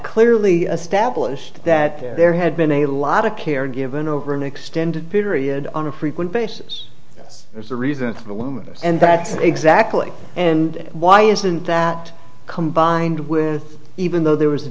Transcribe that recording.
clearly established that there had been a lot of care given over an extended period on a frequent basis yes there's a reason for the luminous and that's exactly and why isn't that combined with even though there was a